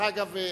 אני ובילסקי,